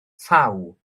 thaw